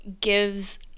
gives